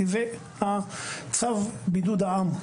כי זה צו בידוד העם.